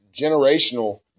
generational